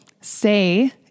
Say